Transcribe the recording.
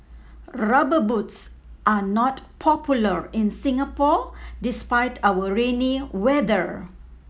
Rubber Boots are not popular in Singapore despite our rainy weather